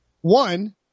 One